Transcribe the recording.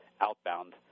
outbound